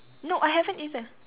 no I haven't either